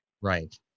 Right